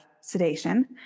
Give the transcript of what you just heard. sedation